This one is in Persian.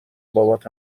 بابات